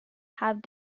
have